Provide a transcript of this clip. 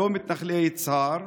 לא מתנחלי יצהר,